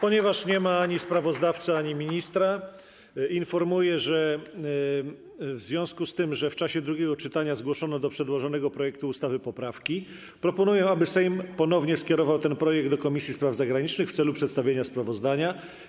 Ponieważ nie ma ani sprawozdawcy, ani ministra, informuję, że w związku z tym, że w czasie drugiego czytania zgłoszono do przedłożonego projektu ustawy poprawki, proponuję, aby Sejm ponownie skierował ten projekt do Komisji Spraw Zagranicznych w celu przedstawienia sprawozdania.